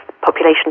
Population